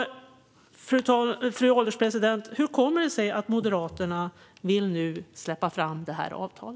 Fru ålderspresident! Därför vill jag fråga: Hur kommer det sig att Moderaterna nu vill släppa fram detta avtal?